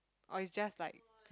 or is just like